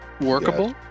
workable